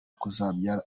kuzabyara